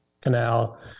canal